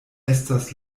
estas